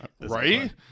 Right